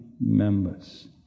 members